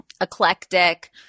eclectic